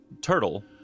turtle